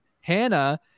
Hannah